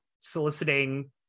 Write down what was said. soliciting